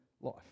life